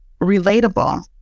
relatable